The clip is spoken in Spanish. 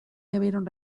debieron